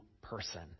person